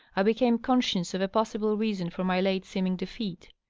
i became conscious of a possible reason for my late seeming defeat.